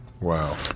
Wow